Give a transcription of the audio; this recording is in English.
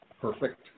Perfect